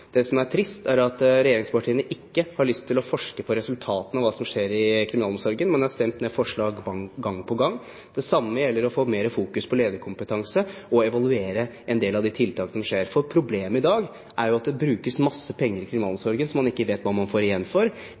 Det som er trist, er at regjeringspartiene ikke har lyst til å forske på resultatene av hva som skjer i kriminalomsorgen, men har stemt ned forslag gang på gang. Det samme gjelder med tanke på å få mer fokus på lederkompetanse og evaluere en del av de tiltakene som skjer. For problemet i dag er at det brukes masse penger i kriminalomsorgen som man ikke vet hva man får igjen for.